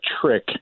trick